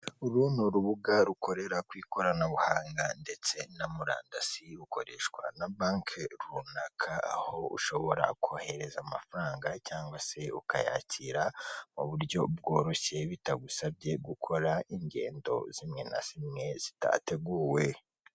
Uru ni urubuga rukorera ku ikoranabuhanga ndetse na murandasi, rukoreshwa na banki runaka, aho ushobora kohereza amafaranga cyangwa se ukayakira mu buryo bworoshye, bitagusabye gukora ingendo zimwe na zimwe zitateguwe.